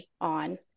on